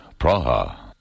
Praha